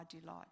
delight